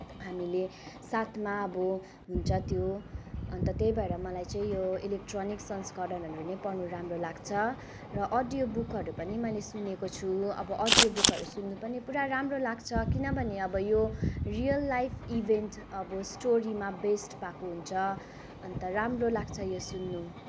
हामीले साथमा अब हुन्छ त्यो अनि त त्यही भएर मलाई चाहिँ यो इलेक्ट्रोनिक संस्करणहरू नै पढ्नु राम्रो लाग्छ र अडियोबुकहरू पनि मैले सुनेको छु अब अडियोबुकहरू सुन्न पनि पुरा राम्रो लाग्छ किनभने अब यो रियल लाइफ इभेन्ट अब स्टोरीमा बेस्ड भएको हुन्छ अन्त राम्रो लाग्छ यो सुन्न